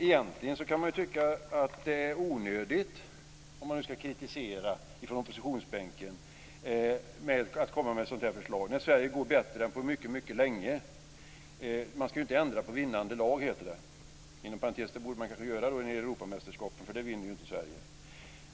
Egentligen kan man tycka att det är onödigt, om man nu ska kritisera från oppositionsbänken, att komma med ett sådant här förslag när Sverige går bättre än på mycket, mycket länge. Man ska ju inte ändra på vinnande lag, heter det. Inom parentes sagt kanske man borde göra det när det gäller europamästerskapen i fotboll, för där vinner ju inte Sverige.